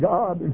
God